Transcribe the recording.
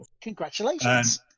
Congratulations